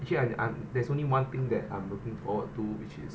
actually I I'm there's only one thing that I'm looking forward to which is